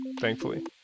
thankfully